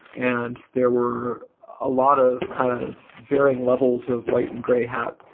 and there were a lot of kind of varying levels of white and gray hat,